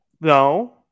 No